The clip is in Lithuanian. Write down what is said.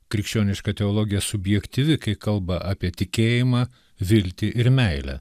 krikščioniška teologija subjektyvi kai kalba apie tikėjimą viltį ir meilę